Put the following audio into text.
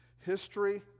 History